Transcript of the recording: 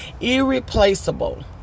Irreplaceable